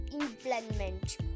Implement